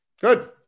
Good